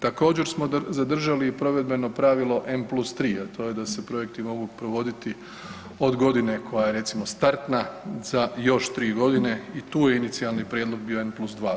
Također smo zadržali i provedbeno pravilo M+3, a to je da se projekti mogu provoditi od godine koja je recimo startna za još 3.g. i tu je inicijalni prijedlog bio M+2.